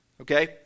Okay